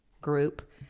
group